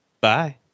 Bye